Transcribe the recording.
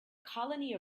colony